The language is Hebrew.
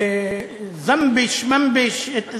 זמביש, ממביש.